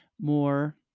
more